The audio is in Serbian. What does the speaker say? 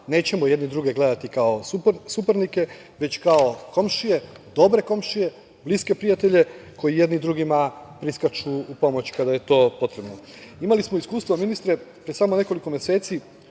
nećemo jedni druge gledati kao suparnike, već kao komšije, dobre komšije, bliske prijatelje, koji jedni drugima priskaču u pomoć kada je to potrebno. Imali smo iskustva, ministre, pre samo nekoliko meseci,